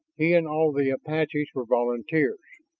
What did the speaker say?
he and all the apaches were volunteers,